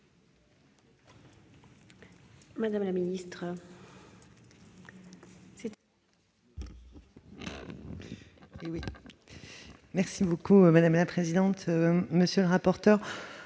madame la ministre,